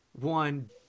one